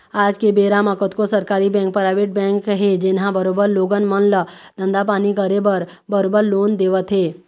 आज के बेरा म कतको सरकारी बेंक, पराइवेट बेंक हे जेनहा बरोबर लोगन मन ल धंधा पानी करे बर बरोबर लोन देवत हे